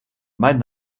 mein